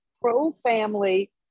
pro-family